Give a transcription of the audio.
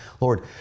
Lord